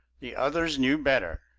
the others knew better.